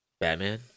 Batman